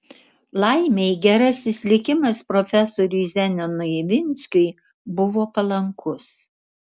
laimei gerasis likimas profesoriui zenonui ivinskiui buvo palankus